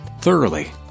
thoroughly